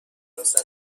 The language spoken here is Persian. سراسر